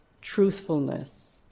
truthfulness